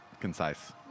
concise